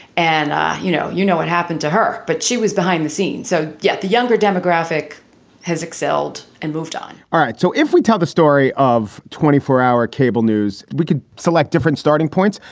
and, ah you know, you know happened to her, but she was behind the scenes, so. yet the younger demographic has excelled and moved on all right. so if we tell the story of twenty four hour cable news, we could select different starting points.